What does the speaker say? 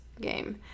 game